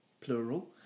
plural